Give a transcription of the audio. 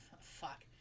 Fuck